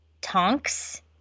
Tonks